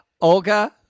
Olga